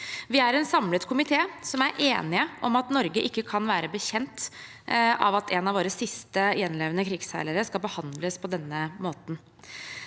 Vi er en samlet komité som er enige om at Norge ikke kan være bekjent av at en av våre siste gjenlevende krigsseilere skal behandles på denne måten.